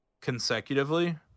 consecutively